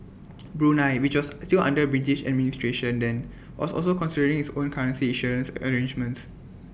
Brunei which was still under British administration then was also considering its own currency issuance arrangements